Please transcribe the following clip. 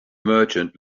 merchant